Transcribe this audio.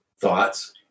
thoughts